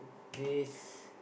this